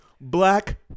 Black